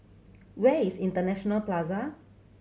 where is International Plaza